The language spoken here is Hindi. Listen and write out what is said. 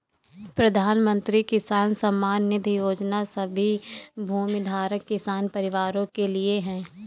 प्रधानमंत्री किसान सम्मान निधि योजना सभी भूमिधारक किसान परिवारों के लिए है